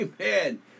Amen